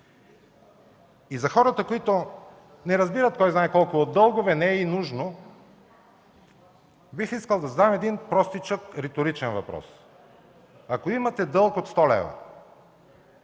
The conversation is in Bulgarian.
За хората, които не разбират кой знае колко от дългове, не е и нужно, бих искал да задам един простичък риторичен въпрос. Ако имате дълг от 100 лв.,